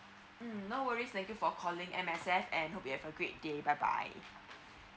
mm no worries thank you for calling M_S_F and hope you have a great day bye bye